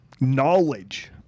knowledge